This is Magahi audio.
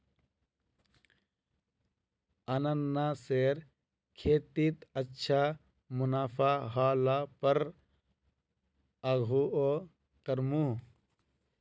अनन्नासेर खेतीत अच्छा मुनाफा ह ल पर आघुओ करमु